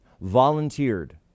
volunteered